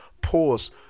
pause